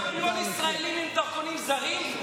יש עוד ישראלים עם דרכונים זרים.